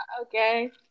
Okay